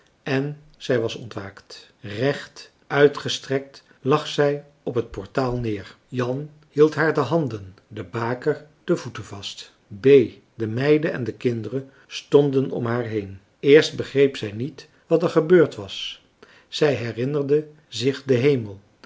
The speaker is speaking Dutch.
en zij was ontwaakt recht uitgestrekt lag zij op het portaal neer jan hield haar de handen de baker de voeten vast bee de meiden en de kinderen stonden om haar heen eerst begreep zij niet wat er gebeurd was zij herinnerde zich den hemel